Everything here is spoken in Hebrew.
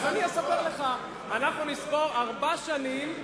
אז אני אספר לך: אנחנו נספור ארבע שנים,